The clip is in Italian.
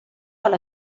alla